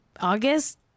August